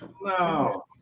no